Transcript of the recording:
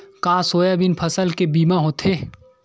का सोयाबीन फसल के बीमा होथे?